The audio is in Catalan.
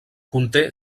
conté